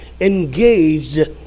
engaged